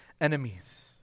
enemies